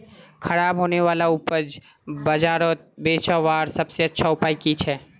ख़राब होने वाला उपज बजारोत बेचावार सबसे अच्छा उपाय कि छे?